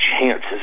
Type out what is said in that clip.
chances